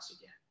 again